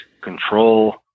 control